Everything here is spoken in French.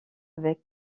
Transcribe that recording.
avec